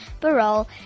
Barol